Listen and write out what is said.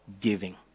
giving